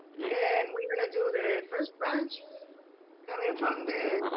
and we're gonna do the first branch coming from the